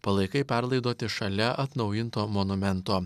palaikai perlaidoti šalia atnaujinto monumento